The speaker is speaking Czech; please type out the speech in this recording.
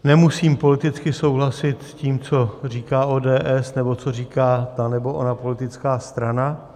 Nemusím politicky souhlasit s tím, co říká ODS nebo co říká ta nebo ona politická strana.